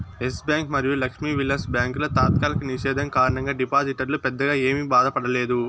yes Bank మరియు లక్ష్మీ విలాస్ బ్యాంకుల తాత్కాలిక నిషేధం కారణంగా డిపాజిటర్లు పెద్దగా ఏమీ బాధపడలేదు